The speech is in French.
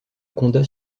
condat